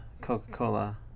coca-cola